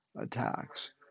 attacks